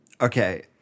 Okay